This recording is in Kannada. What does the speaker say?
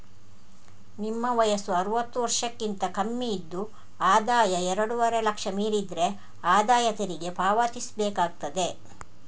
ನಿಮ್ಮ ವಯಸ್ಸು ಅರುವತ್ತು ವರ್ಷಕ್ಕಿಂತ ಕಮ್ಮಿ ಇದ್ದು ಆದಾಯ ಎರಡೂವರೆ ಲಕ್ಷ ಮೀರಿದ್ರೆ ಆದಾಯ ತೆರಿಗೆ ಪಾವತಿಸ್ಬೇಕಾಗ್ತದೆ